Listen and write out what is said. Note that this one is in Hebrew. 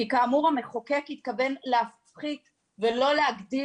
כי כאמור המחוקק התכוון להפחית ולא להגדיל